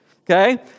okay